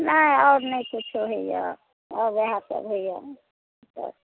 नहि आओर नहि कुच्छो होइए आओर वएह सब होइया